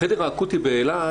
החדר האקוטי באילת,